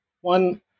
One